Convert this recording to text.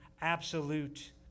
absolute